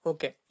Okay